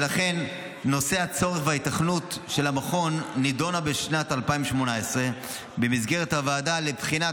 נושא הצורך וההיתכנות של המכון נדונו בשנת 2018 במסגרת הוועדה לבחינת